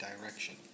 direction